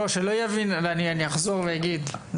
אני אחזור ואגיד,